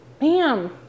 Bam